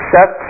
Set